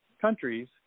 countries